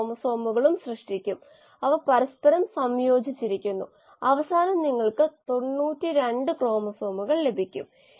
compartmental അല്ലെങ്കിൽ structured മോഡലുകളുടെ ചില ഉദാഹരണങ്ങൾ കംപാർട്ട്മെന്റൽ മോഡലുകൾ മെറ്റബോളിക് മോഡലുകൾ സൈബർനെറ്റിക് മോഡലുകൾ തുടങ്ങിയവയാണ്